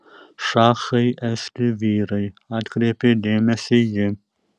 šachai esti vyrai atkreipė dėmesį ji